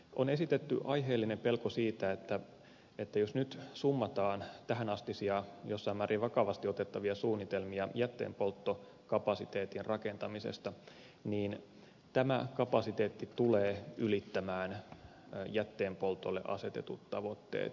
on esitetty aiheellinen pelko siitä että jos nyt summataan tähänastisia jossain määrin vakavasti otettavia suunnitelmia jätteenpolttokapasiteetin rakentamisesta niin tämä kapasiteetti tulee ylittämään jätteenpoltolle asetetut tavoitteet